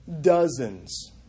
dozens